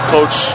Coach